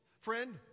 Friend